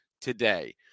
today